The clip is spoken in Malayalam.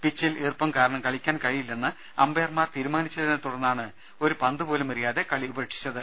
പിച്ചിൽ ഈർപ്പം കാരണം കളിക്കാൻ കഴിയില്ലെന്ന് അമ്പയർമാർ തീരുമാനിച്ചതിനെ തുടർന്നാണ് ഒരു പന്തുപോലും എറിയാതെ കളി ഉപേക്ഷിച്ചത്